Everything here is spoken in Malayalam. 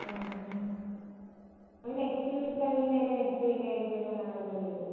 ആ ആ മ് അത് നെക്സ്റ്റ് വീക്ക് അല്ലെങ്കിൽ അതിൻ്റെ നെക്സ്റ്റ് വീക്ക് ആയിട്ട് എന്തായാലും വരാനുള്ള പരിപാടി ആയിരുന്നു